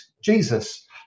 Jesus